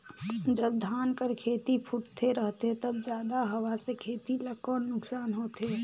जब धान कर खेती फुटथे रहथे तब जादा हवा से खेती ला कौन नुकसान होथे?